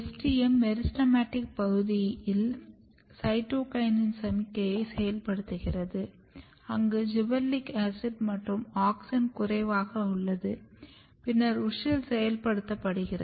STM meristematic பகுதியில் cytokinin சமிக்ஞையை செயல்படுத்துகிறது அங்கு ஜிபெர்லிக் ஆசிட் மற்றும் ஆக்ஸின் குறைவாக உள்ளது பின்னர் WUSCHEL செயல்படுத்தப்படுகிறது